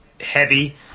heavy